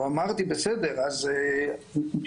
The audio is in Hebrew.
ולשנות את שיטת ההשתכרות של הרופאים